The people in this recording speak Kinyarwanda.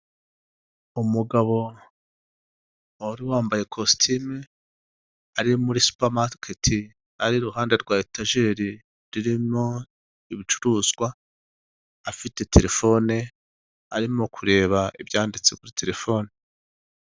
Umugabo wari wambaye kositime ari muri supamaketi ari iruhande rwa etagerin riirimo ibucuruzwa ibicuruzwa afite arimo kureba ibyandite kuri terefone.